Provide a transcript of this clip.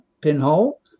pinhole